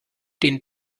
den